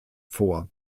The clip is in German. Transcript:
vor